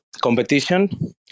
competition